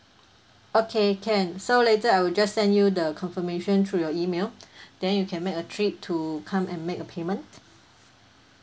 okay can so later I will just send you the confirmation through your email then you can make a trip to come and make a payment